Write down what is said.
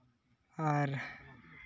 ᱟᱨ